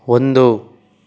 ಒಂದು